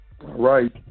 right